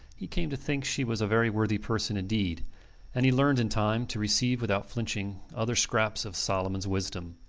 he came to think she was a very worthy person indeed and he learned in time to receive without flinching other scraps of solomons wisdom.